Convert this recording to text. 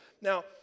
Now